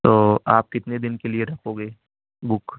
تو آپ کتنے دن کے لیے رکھو گے بک